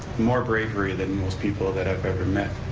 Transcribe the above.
more bravery than most people that i've ever met,